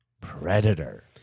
Predator